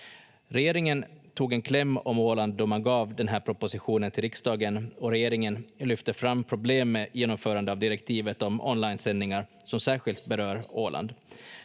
Regeringen tog en kläm om Åland då man gav den här propositionen till riksdagen och regeringen lyfter fram problem med genomförandet av direktivet om onlinesändningar som särskilt berör Åland.